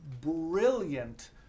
brilliant